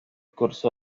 curso